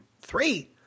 Three